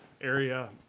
area